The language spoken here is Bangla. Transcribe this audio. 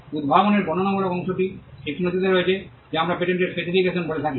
উদ্ভাবনের বর্ণনামূলক অংশটি একটি নথিতে রয়েছে যা আমরা পেটেন্টের স্পেসিফিকেশন বলে থাকি